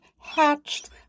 hatched